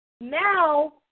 Now